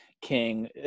king